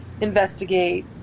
investigate